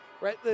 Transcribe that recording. right